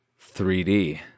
3D